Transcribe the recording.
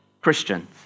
Christians